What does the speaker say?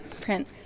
print